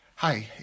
Hi